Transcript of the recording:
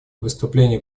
выступление